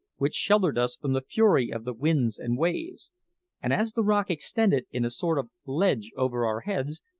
which sheltered us from the fury of the winds and waves and as the rock extended in a sort of ledge over our heads,